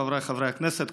חבריי חברי הכנסת,